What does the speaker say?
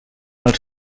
els